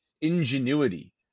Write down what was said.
ingenuity